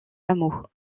hameaux